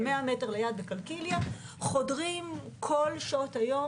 אבל 100 מטר ליד, בקלקיליה, חודרים בכל שעות היום.